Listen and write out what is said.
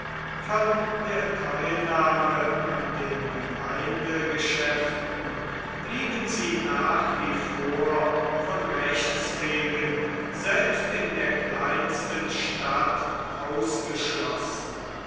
von der teilnahme an den gemeindegeschäften blieben sie nach wie vor von rechts wegen selbst in der kleinsten stadt ausgeschlossen